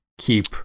keep